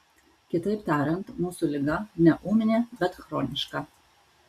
kitaip tariant mūsų liga ne ūminė bet chroniška